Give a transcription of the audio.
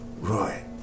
Right